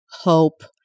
hope